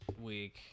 week